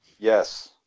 yes